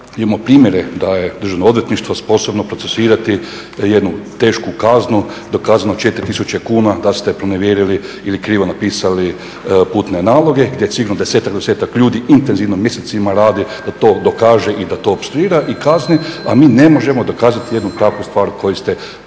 imamo primjere da je Državno odvjetništvo sposobno procesuirati jednu tešku kaznu do kazne od 4000 kuna da ste pronevjerili ili krivo napisali putne naloge gdje sigurno … ljudi intenzivno mjesecima radi da to dokaže i da to opstruira i kazni, a mi ne možemo dokazati jednu takvu stvar koju ste vi rekli